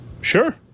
Sure